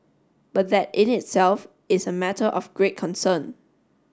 but that in itself is a matter of great concern